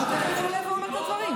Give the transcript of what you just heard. השר תכף יעלה לענות ממילא.